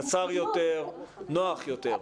קצר יותר, נוח יותר.